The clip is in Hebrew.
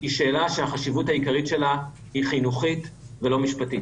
היא שאלה שהחשיבות העיקרית שלה היא חינוכית ולא משפטית.